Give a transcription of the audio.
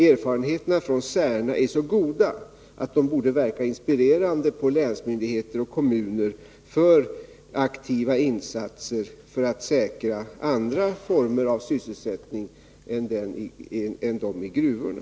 Erfarenheterna från Särna är så goda att de borde verka inspirerande på länsmyndigheter och kommuner för aktiva insatser för att säkra andra former av sysselsättning än de i gruvorna.